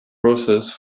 process